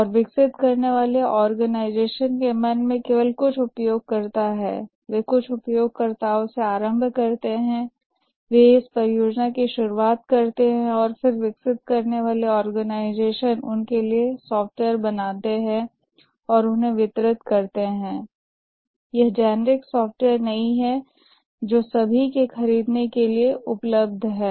और विकसित करने वाले ऑर्गेनाइजेशन के मन में केवल कुछ उपयोगकर्ता हैं वे कुछ उपयोगकर्ताओं से आरंभ करते हैं वे इस परियोजना की शुरुआत करते हैं और फिर विकसित करने वाले ऑर्गेनाइजेशन उनके लिए सॉफ्टवेयर बनाते हैं और उन्हें वितरित करते हैं यह जेनेरिक सॉफ्टवेयर नहीं है जो सभी के खरीदने के लिए उपलब्ध हैं